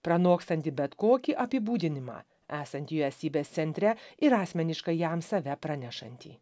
pranokstantį bet kokį apibūdinimą esant jų esybės centre ir asmeniškai jam save pranešantį